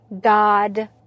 God